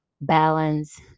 balance